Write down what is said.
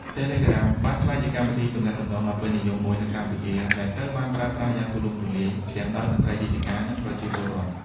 Telegram បានក្លាយជាកម្មវិធីទំនាក់ទំនងដ៏ពេញនិយមមួយនៅកម្ពុជា ដែលត្រូវបានប្រើប្រាស់យ៉ាងទូលំទូលាយទាំងដោយមន្ត្រីរាជការ និងប្រជាពលរដ្ឋ។